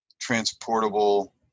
transportable